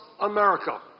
America